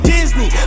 Disney